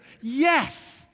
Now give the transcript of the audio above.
Yes